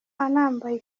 anambaye